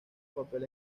papel